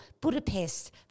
Budapest